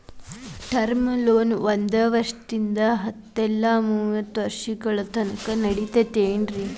term loan ಒಂದ್ ವರ್ಷದಿಂದ ಹತ್ತ ಇಲ್ಲಾ ಮೂವತ್ತ ವರ್ಷಗಳ ದೇರ್ಘಾವಧಿಯವರಿಗಿ ವಿಸ್ತರಿಸಲಾಗ್ತದ